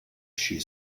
she